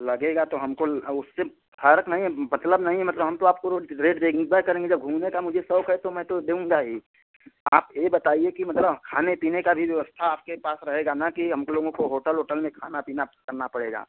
लगेगा तो हमको ल उ उससे फर्क नहीं है मतलब नहीं है मतलब हम तो आपको रो रेट देईबे करेंगे जब घूमने का मुझे शौक है तो मै तो देऊँगा ही आप ये बताइए की मतलब खाने पीने का भी व्यवस्था आपके पास रहेगा न कि हम लोगों को होटल ओटल में खाना पीना करना पड़ेगा